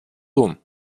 tun